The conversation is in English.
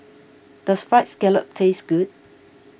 does Fried Scallop taste good